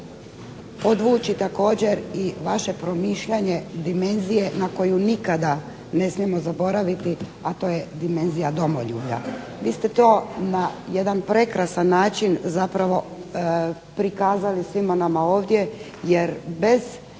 podvući također i vaše promišljanje dimenzije na koju nikada ne smijemo zaboraviti, a to je dimenzija domoljubja. Vi ste to na jedan prekrasan način zapravo prikazali svima nama ovdje jer bez